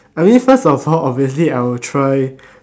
I mean first of all obviously I will try